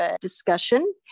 discussion